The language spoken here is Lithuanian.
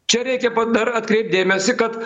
čia reikia dar atkreipt dėmesį kad